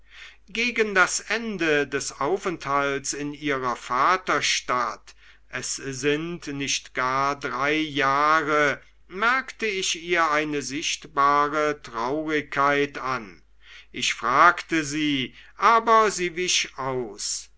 gegen das ende des aufenthalts in ihrer vaterstadt es sind nicht gar drei jahre merkte ich ihr eine sichtbare traurigkeit an ich fragte sie aber sie wich aus